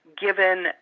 given